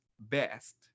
Best